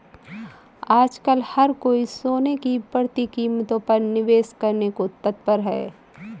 आजकल हर कोई सोने की बढ़ती कीमतों पर निवेश को तत्पर है